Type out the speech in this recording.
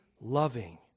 loving